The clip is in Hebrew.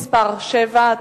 הצביעו 13,